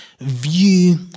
view